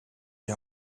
die